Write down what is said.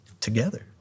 together